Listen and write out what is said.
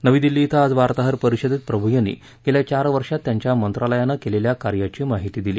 नवी दिल्ली इथं आज वार्ताहर परिषदेत प्रभू यांनी गेल्या चार वर्षांत त्यांच्या मंत्रालयानं केलेल्या कार्याची माहिती दिली